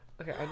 okay